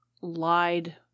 lied